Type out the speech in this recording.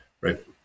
right